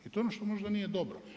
I to je ono što možda nije dobro.